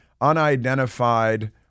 unidentified